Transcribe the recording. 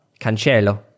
Cancelo